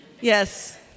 Yes